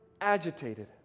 agitated